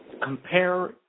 Compare